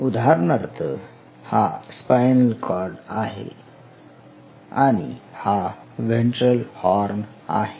उदाहरणार्थ हा spinal cord आहे आणि हा व्हेंट्रल हॉर्न आहे